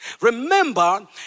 Remember